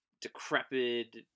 decrepit